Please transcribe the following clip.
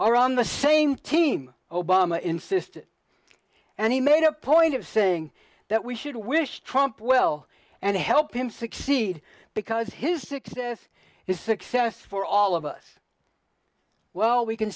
are on the same team obama insisted and he made a point of saying that we should wish trump well and help him succeed because his success is success for all of us well we can